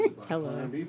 Hello